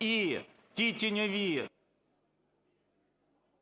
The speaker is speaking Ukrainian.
І ті тіньові…